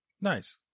Nice